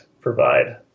provide